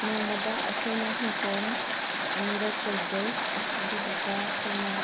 ꯅꯣꯡꯃꯗ ꯑꯩꯈꯣꯏꯅ ꯏꯡꯈꯣꯜ ꯑꯅꯤꯔꯛ ꯀꯣꯏꯖꯩ ꯑꯗꯨꯗꯨꯒ ꯑꯩꯈꯣꯏꯅ